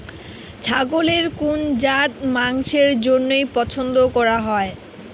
ছাগলের কুন জাত মাংসের জইন্য পছন্দ করাং হই?